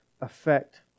affect